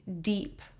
deep